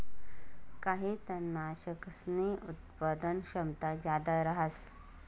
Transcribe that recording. काही तननाशकसनी उत्पादन क्षमता जादा रहास